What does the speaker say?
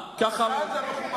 בסדר.